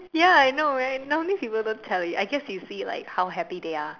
ya I know right nowadays people don't tell you I guess you see like how happy they are